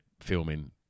filming